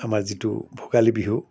আমাৰ যিটো ভোগালী বিহু